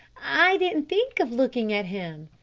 i didn't think of looking at him.